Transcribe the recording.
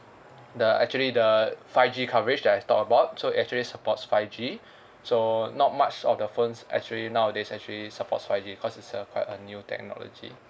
the actually the five G coverage that I talk about so it actually supports five G so not much of the phones actually nowadays actually supports five G cause it's a quite a new technology